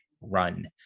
run